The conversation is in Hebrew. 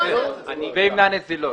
וימנע נזילות.